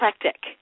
eclectic